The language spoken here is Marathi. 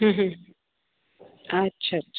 अच्छा च्छ